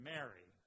Mary